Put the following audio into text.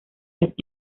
las